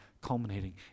culminating